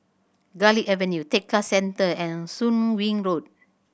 Garlick Avenue Tekka Centre and Soon Wing Road